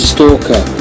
Stalker